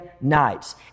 nights